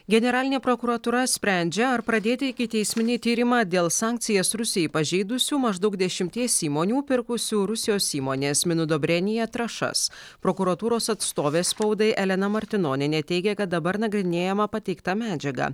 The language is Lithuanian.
generalinė prokuratūra sprendžia ar pradėti ikiteisminį tyrimą dėl sankcijas rusijai pažeidusių maždaug dešimties įmonių pirkusių rusijos įmonės minudobrenija trąšas prokuratūros atstovė spaudai elena martinonienė teigė kad dabar nagrinėjama pateikta medžiaga